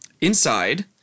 Inside